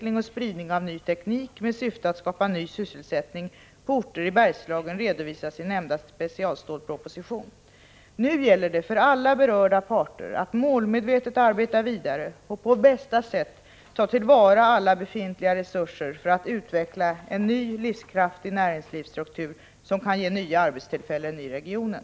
Nu gäller det för alla berörda parter att målmedvetet arbeta vidare och på bästa sätt ta till vara alla befintliga resurser för att utveckla en ny livskraftig näringslivsstruktur som kan ge nya arbetstillfällen i regionen.